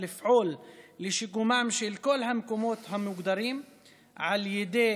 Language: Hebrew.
לפעול לשיקומם של כל המקומות המוגדרים על ידי